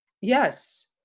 Yes